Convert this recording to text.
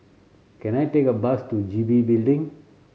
can I take a bus to G B Building